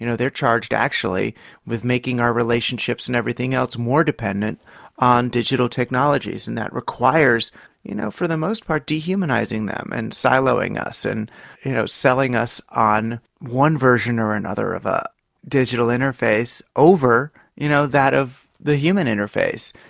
you know they are charged actually with making our relationships and everything else more dependent on digital technologies, and that requires you know for the most part dehumanising them and siloing us and you know selling us on one version or another of a digital interface over you know that of the human interface,